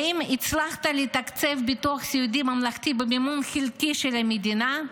האם הצלחת לתקצב ביטוח סיעודי ממלכתי במימון חלקי של המדינה?